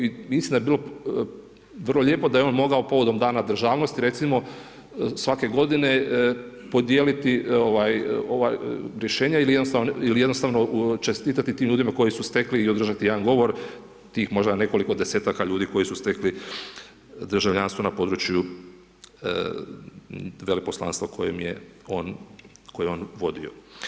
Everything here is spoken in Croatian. I mislim da je bilo vrlo lijepo da je on mogao povodom dana državnosti, recimo svake godine podijeliti ova rješenja ili jednostavno čestitati tim ljudima koji su stekli i održati jedan govor tih možda nekoliko desetaka ljudi koji su stekli državljanstvo na području veleposlanstva koje je on vodio.